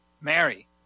Mary